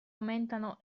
aumentano